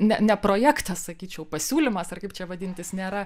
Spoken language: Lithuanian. ne ne projektas sakyčiau pasiūlymas ar kaip čia vadint jis nėra